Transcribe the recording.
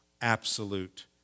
absolute